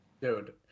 Dude